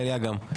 טליה גם,